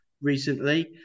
recently